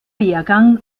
wehrgang